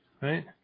Right